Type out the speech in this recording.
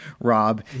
Rob